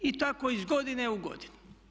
I tako iz godine u godinu.